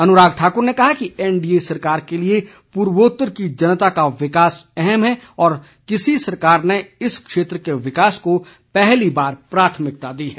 अनुराग ठाकुर ने कहा कि एनडीए सरकार के लिए पूर्वोत्तर की जनता का विकास अहम है और किसी सरकार ने इस क्षेत्र के विकास को पहली बार प्राथमिकता दी है